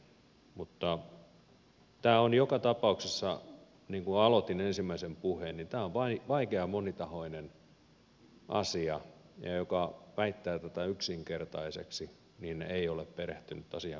mutta tämä on joka tapauksessa niin kuin aloitin ensimmäisen puheeni vaikea ja monitahoinen asia ja joka väittää tätä yksinkertaiseksi ei ole perehtynyt asiaan kunnolla